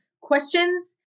questions